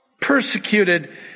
Persecuted